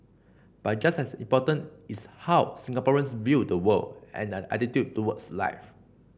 but just as important is how Singaporeans view the world and their attitude towards life